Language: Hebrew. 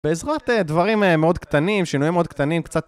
בעזרת דברים מאוד קטנים, שינויים מאוד קטנים, קצת...